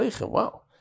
wow